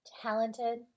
talented